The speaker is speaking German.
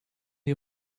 die